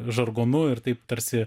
žargonu ir taip tarsi